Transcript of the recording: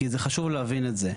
כי זה חשוב להבין את זה.